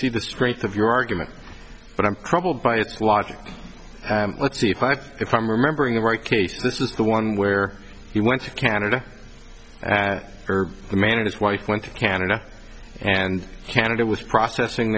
see the straits of your argument but i'm troubled by its logic let's see if i think i'm remembering the right case this is the one where he went to canada as the man and his wife went to canada and canada was processing